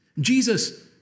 Jesus